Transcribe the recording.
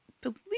believe